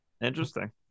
Interesting